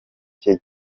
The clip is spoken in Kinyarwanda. cye